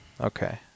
Okay